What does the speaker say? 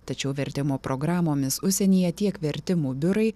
tačiau vertimo programomis užsienyje tiek vertimų biurai